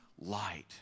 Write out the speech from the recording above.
light